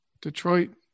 Detroit